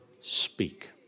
speak